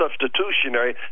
substitutionary